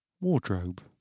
Wardrobe